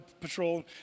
patrol